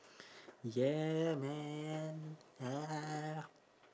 yeah man